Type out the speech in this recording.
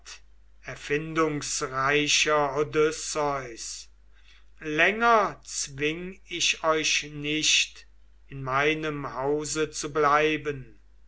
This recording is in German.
erfindungsreicher odysseus länger zwing ich euch nicht in meinem hause zu bleiben